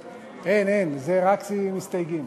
אין, אין, זה רק עם מסתייגים.